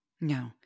No